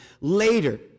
later